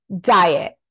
diet